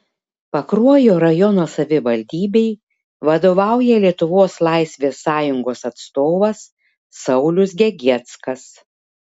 pakruojo rajono savivaldybei vadovauja lietuvos laisvės sąjungos atstovas saulius gegieckas